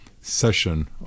session